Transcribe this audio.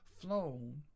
flown